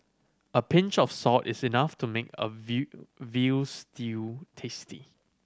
a pinch of salt is enough to make a veal stew tasty